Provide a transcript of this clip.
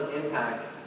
impact